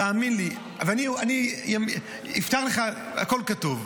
תאמין לי, אני אפתח לך, הכול כתוב.